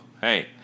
hey